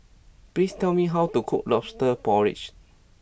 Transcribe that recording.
please tell me how to cook Lobster Porridge